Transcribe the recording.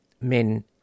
men